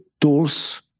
tools